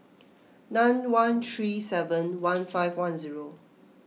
nine one three seven one five one zero